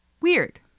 Weird